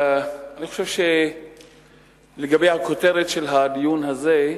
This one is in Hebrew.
אני חושב שהכותרת של הדיון הזה,